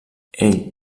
ell